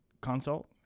consult